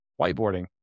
whiteboarding